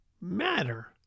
matter